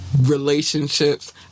relationships